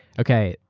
okay.